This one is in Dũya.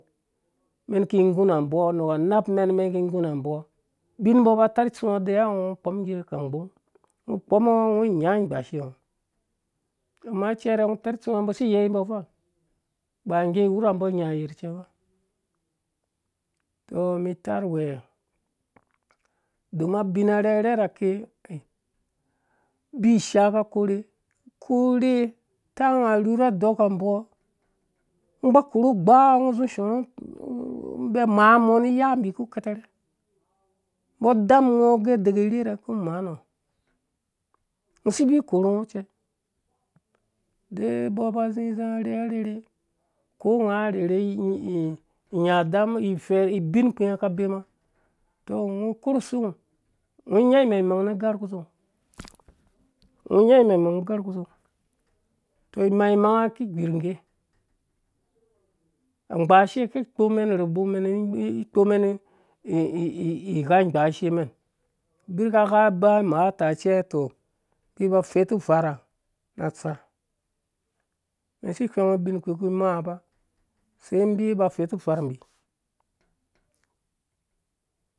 Mɛn ki gu na mbɔ na anapmɛn mɛn ki gu na mbɔ ubin mbɔ aba atarh itsuwa deyiwa ngɔ ngɔ kpɔmngge ka gbɔng ngɔ kpɔm ngge ngɔ nya gbashe ngɔ amma cɛrɛ ngɔ tarh tsuwa mbɔ si yei mbɔ fa ba nge whurha mbɔ inya yerh cɛ ba men tar uwɛ domin abina rhɛrhɛ rake bi ishaa ka korhe korhe taɔ ngɔ ng arhu na doka mbɔ ba korhu ugbawɔ ngɔ zu shɔrhu mbi amma mɔ dam ngɔ gɛ deki rhirhɛ ku manɔ ngɔ si vu korhu ngɔ cɛ de mbɔ ba zi za rherha rherha ko nga rherha inya dama ifɛrhi ubin kpii ngɔ ka bema tɔ ngɔ korhu sengo ngɔ nya imang imang nu garh ku song ngɔ nya imang imang nu garh ku sang tɔ imang mang ki whirhnnge agbashe ku kpomɛn robo mɛn igha gbashe mɛn abika ba imata cɛ to biba fetu harha na tsa ngo si whengo ubin kpii ku. maa ba sei mbi ba fɛtu ufarh mbi,